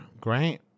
great